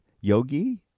yogi